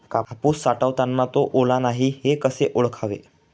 कापूस साठवताना तो ओला नाही हे कसे ओळखावे?